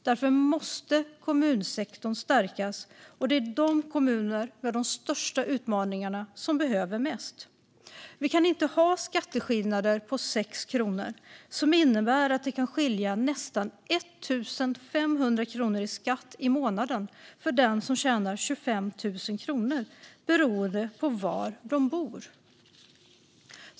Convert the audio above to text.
Därför måste kommunsektorn stärkas, och det är kommunerna med störst utmaningar som behöver mest. Vi kan inte ha skatteskillnader på 6 kronor, som innebär att det kan skilja nästan 1 500 kronor i skatt i månaden för dem som tjänar 25 000 kronor beroende på var de bor.